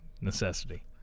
Necessity